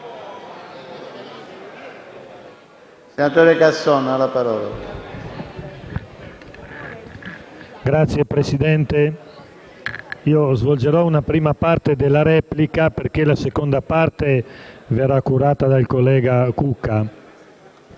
Signor Presidente, io svolgerò una prima parte della replica perché la seconda parte sarà curata dal collega Cucca.